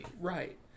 Right